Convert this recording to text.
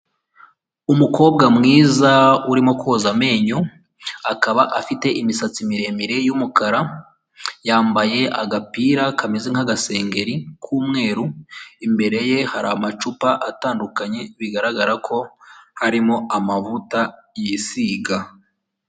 Umukobwa mwiza urimo koza amenyo, akaba afite imisatsi miremire y'umukara yambaye agapira kameze nk'agasengeri k'umweru, imbere ye hari amacupa atandukanye bigaragara ko harimo amavuta yisiga.